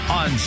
on